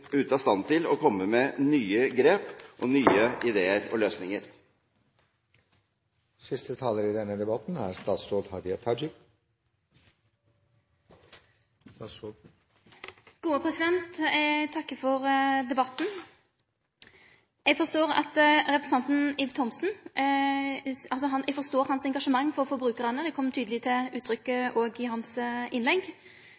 av stand til å komme med nye grep og nye ideer og løsninger. Eg takkar for debatten. Eg forstår representanten Ib Thomsens engasjement for forbrukarane. Det kom tydeleg til uttrykk òg i hans innlegg da han beskreiv konflikten mellom Canal Digital og TV 2. Eg